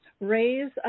RAISE